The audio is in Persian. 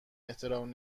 احترام